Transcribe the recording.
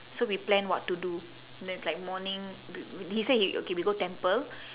so we plan what to do then it's like morning b~ he say he okay we go temple